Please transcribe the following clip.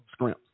Scrimps